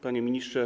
Panie Ministrze!